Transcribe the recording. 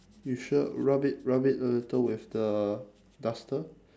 you sure rub it rub it a little with the duster